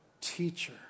teacher